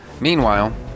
Meanwhile